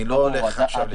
אני לא הולך עכשיו לשנות.